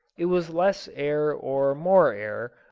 it was less air or more air,